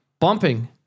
bumping